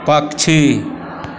पक्षी